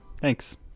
thanks